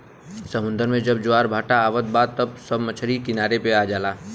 समुंदर में जब ज्वार भाटा आवत बा त सब मछरी किनारे पे आ जाला